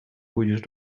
pójdziesz